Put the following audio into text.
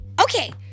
Okay